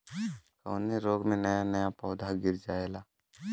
कवने रोग में नया नया पौधा गिर जयेला?